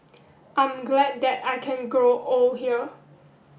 I'm glad that I can grow old here